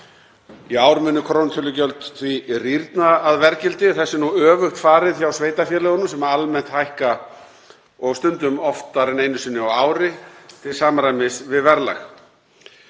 Í ár munu krónutölugjöld því rýrna að verðgildi. Þessu er nú öfugt farið hjá sveitarfélögunum sem almennt hækka og stundum oftar en einu sinni á ári til samræmis við verðlag.